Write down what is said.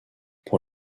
pour